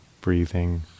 breathing